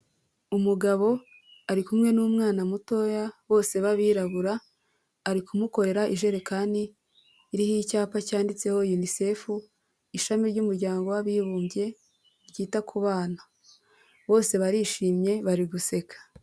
Umugabo ari kumwe n'umwana mutoya bose babirabura ari kumukorera ijerekani iriho icyapa cyanditseho Unicef, ishami ry'umuryango w'abibumbye ryita ku bana, bose barishimye bari guseka.